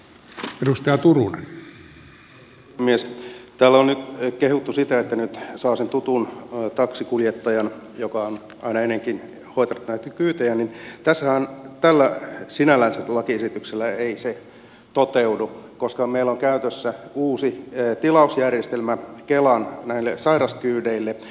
kun täällä on nyt kehuttu sitä että nyt saa sen tutun taksinkuljettajan joka on aina ennenkin hoitanut näitä kyytejä niin sinällänsä tällä lakiesityksellä se ei toteudu koska meillä on käytössä uusi tilausjärjestelmä näille kelan sairaskyydeille